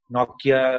Nokia